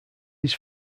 his